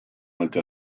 molti